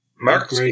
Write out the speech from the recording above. Mark